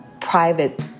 private